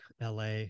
LA